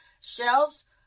shelves